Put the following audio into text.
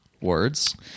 Words